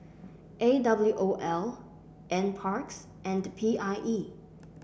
A W O L NParks and P I E